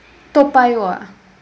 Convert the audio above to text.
toa payoh ah